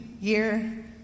year